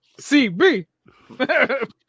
CB